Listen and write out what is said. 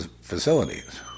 facilities